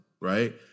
right